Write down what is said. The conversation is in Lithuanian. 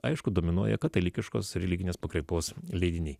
aišku dominuoja katalikiškos religinės pakraipos leidiniai